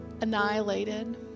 annihilated